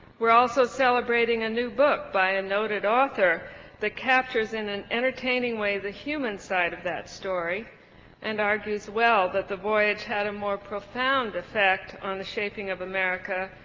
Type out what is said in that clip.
we're also celebrating a new book by noted author that captures in an entertaining way the human side of that story and argues well that the voyage had a more profound effect on the shaping of america,